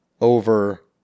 over